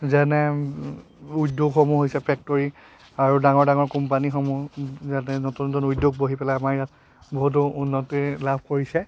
যেনে উদ্যোগসমূহ হৈছে ফেক্টৰী আৰু ডাঙৰ ডাঙৰ কোম্পানীসমূহ যেনে নতুন নতুন উদ্যোগ বহি পেলাই আমাৰ ইয়াত বহুতো উন্নতি লাভ কৰিছে